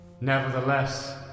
Nevertheless